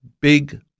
big